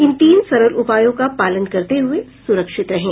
इन तीन सरल उपायों का पालन करते हुए सुरक्षित रहें